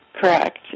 Correct